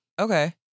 Okay